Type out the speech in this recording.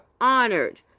honored